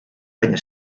penya